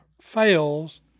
fails